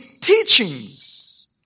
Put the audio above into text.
teachings